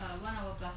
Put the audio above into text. but